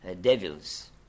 devils